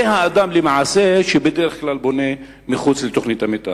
זה האדם שלמעשה בדרך כלל בונה מחוץ לתוכנית המיתאר.